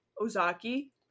Ozaki